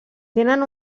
tenen